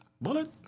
Bullet